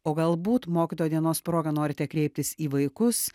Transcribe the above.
o galbūt mokytojo dienos proga norite kreiptis į vaikus